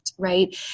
right